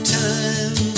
time